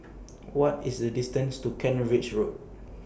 What IS The distance to Kent Ridge Road